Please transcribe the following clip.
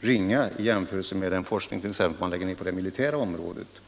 ringa i jämförelse med t.ex. vad man lägger ned på det militära området.